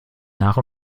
nach